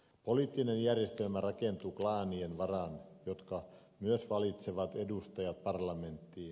poliittinen järjestelmä rakentuu klaanien varaan jotka myös valitsevat edustajat parlamenttiin